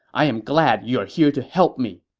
i am glad you are here to help me.